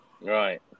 Right